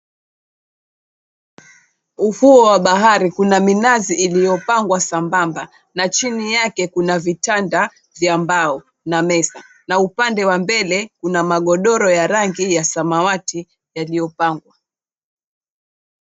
Ufuo wa bahari kuna minazi iliyopangwa sambamba na chini yake kuna vitanda vya mbao na meza, na upande wa mbele kuna magodoro ya rangi ya samawati yaliyopangwa.